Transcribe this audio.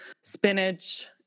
spinach